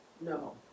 No